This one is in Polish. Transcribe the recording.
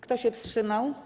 Kto się wstrzymał?